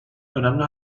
önemli